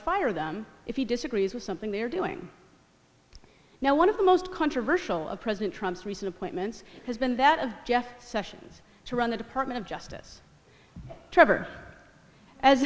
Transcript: fire them if he disagrees with something they are doing now one of the most controversial of president trumps recent appointments has been that of jeff sessions to run the department of justice trevor as